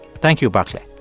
thank you, barclay.